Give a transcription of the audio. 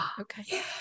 Okay